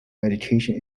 education